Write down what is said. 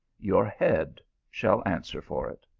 your head shall answer for it.